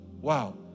Wow